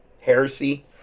heresy